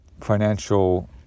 financial